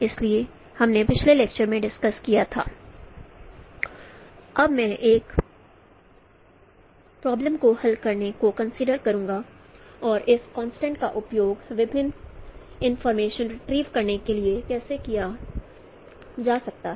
इसलिए हमने पिछले लेक्चर में डिस्कस किया था अब मैं एक प्रॉब्लम को हल करने को कंसीडर करूंगा कि इन कॉन्सेप्ट्स का उपयोग विभिन्न इंफॉर्मेशन रिट्रीव करने के लिए कैसे किया जा सकता है